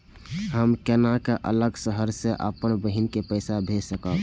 हम केना अलग शहर से अपन बहिन के पैसा भेज सकब?